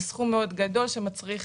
זה סכום גדול מאוד שמצריך